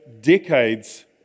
decades